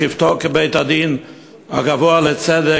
בשבתו כבית-הדין הגבוה לצדק,